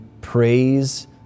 Praise